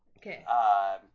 okay